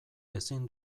ezin